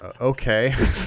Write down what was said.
Okay